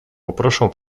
poproszę